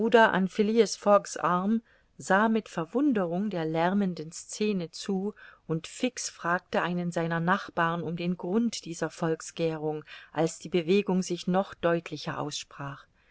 an phileas fogg's arm sah mit verwunderung der lärmenden scene zu und fix fragte einen seiner nachbarn um den grund dieser volksgährung als die bewegung sich noch deutlicher aussprach